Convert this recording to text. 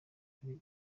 kuri